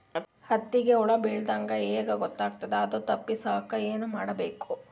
ಹತ್ತಿಗ ಹುಳ ಬಿದ್ದ್ರಾ ಹೆಂಗ್ ಗೊತ್ತಾಗ್ತದ ಅದು ತಪ್ಪಸಕ್ಕ್ ಏನ್ ಮಾಡಬೇಕು?